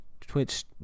Twitch